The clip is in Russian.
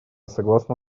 согласно